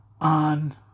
on